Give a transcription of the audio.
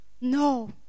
No